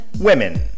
women